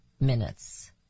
minutes